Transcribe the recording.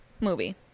movie